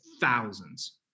thousands